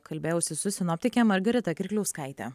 kalbėjausi su sinoptike margarita kirkliauskaite